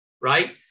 right